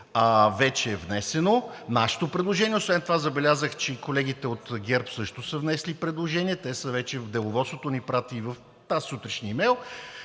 вече е внесено, нашето предложение. Освен това забелязах, че и колегите от ГЕРБ също са внесли предложение. Те са вече в Деловодството, прати ни и тазсутрешен имейл,